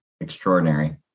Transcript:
extraordinary